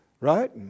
right